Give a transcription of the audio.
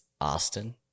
austin